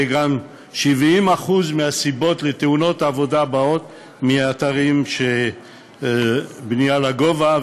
70% מתאונות העבודה באים מאתרים של בנייה לגובה,